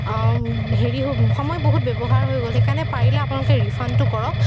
হেৰি হৈ সময় বহুত ব্যৱহাৰ হৈ গ'ল সেইকাৰণে পাৰিলে আপোনালোকে ৰিফাণ্ডটো কৰক